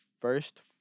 first